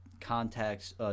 contacts